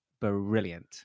brilliant